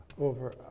over